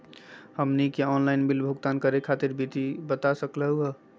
हमनी के online bill भुगतान करे खातीर विधि बता सकलघ हो?